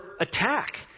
attack